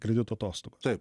kredito atostogų tai